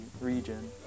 region